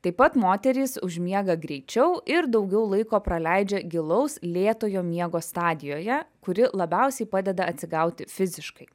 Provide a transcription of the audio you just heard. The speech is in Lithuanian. taip pat moterys užmiega greičiau ir daugiau laiko praleidžia gilaus lėtojo miego stadijoje kuri labiausiai padeda atsigauti fiziškai